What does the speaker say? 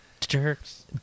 jerks